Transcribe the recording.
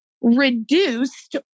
reduced